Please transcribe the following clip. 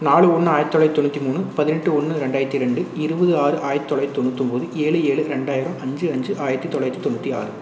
நாலு ஒன்று ஆயிரத்தி தொள்ளாயிரத்தி தொண்ணூற்றி மூணு பதினெட்டு ஒன்று ரெண்டாயிரத்தி ரெண்டு இருபது ஆறு ஆயிரத்தி தொள்ளாயிரத்தி தொண்ணூத்தொம்போது ஏழு ஏழு ரெண்டாயிரம் அஞ்சு அஞ்சு ஆயிரத்தி தொள்ளாயிரத்தி தொண்ணூற்றி ஆறு